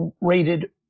rated